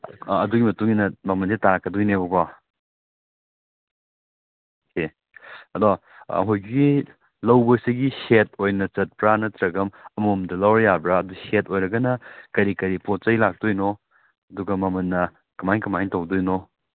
ꯎꯝ ꯑꯗꯨꯒ ꯑꯩꯈꯣꯏꯁꯤ ꯈꯤꯇꯪ ꯍꯥꯏꯗꯤ ꯌꯥꯝꯅ ꯈꯤꯇꯪ ꯊꯨꯅ ꯄꯥꯝꯕꯒꯤ ꯍꯥꯏ ꯇꯥꯔꯦꯀꯣ ꯑꯩꯈꯣꯏꯁꯦ ꯍꯥꯏꯗꯤ ꯊꯥ ꯃꯨꯛꯀꯤ ꯆꯥꯡꯁꯤꯗ ꯑꯗꯨꯝ ꯍꯥꯏ ꯃꯦꯛꯁꯤꯃꯝꯗ ꯊꯥꯃꯨꯛꯀꯤ ꯆꯥꯡꯁꯤꯗ ꯑꯗꯨꯝ ꯑꯩ ꯈꯔ ꯊꯨꯅ ꯄꯥꯝꯃꯦꯕ ꯄꯣꯠꯁꯦ ꯑꯗꯣ ꯍꯧꯖꯤꯛ ꯍꯧꯖꯤꯛꯀꯤ ꯑꯗꯨꯝ ꯂꯩꯒꯗ꯭ꯔꯥ ꯅꯠꯇ꯭ꯔꯒꯅ ꯊꯥ ꯃꯨꯛꯁꯦ ꯅꯪꯉꯣꯏꯗꯣꯔꯤꯕ꯭ꯔꯥ ꯀꯃꯥꯏ ꯇꯧꯕꯤꯗꯣꯏꯅꯣ